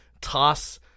toss